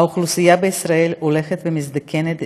האוכלוסייה בישראל הולכת ומזדקנת במהירות.